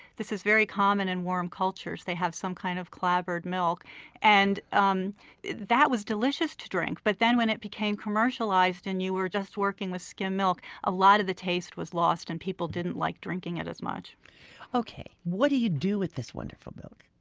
this is very common in warm cultures they have some kind of clabbered milk and um that was delicious to drink. but then when it became commercialized and you were just working with skim milk, a lot of the taste was lost and people didn't like drinking it as much what do you do with this wonderful milk?